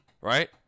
Right